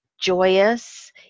joyous